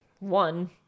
One